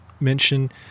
mention